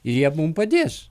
jie mum padės